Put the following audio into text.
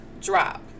drop